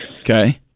Okay